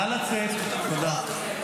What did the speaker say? תודה.